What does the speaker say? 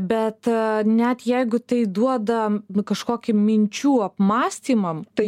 bet net jeigu tai duoda kažkokį minčių apmąstymam tai